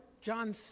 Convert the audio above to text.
John